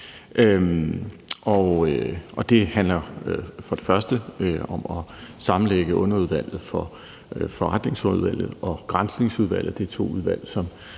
Det handler for det første om at sammenlægge underudvalget for forretningsudvalget og Granskningsudvalget.